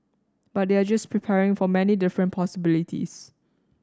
but they're just preparing for many different possibilities